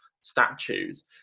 statues